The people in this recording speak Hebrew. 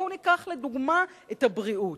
בואו ניקח לדוגמה את הבריאות: